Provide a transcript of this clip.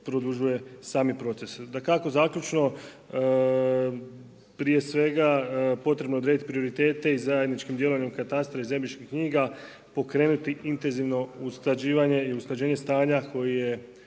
produžuje sami proces. Dakako zaključno, prije svega potrebno je odrediti prioritete i zajedničkim djelovanjem katastra i zemljišnih knjiga pokrenuti intenzivno usklađivanje i usklađenje stanje koji je